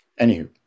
Anywho